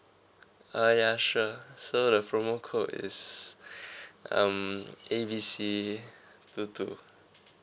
uh ya sure so the promo code is um A B C two two